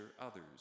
others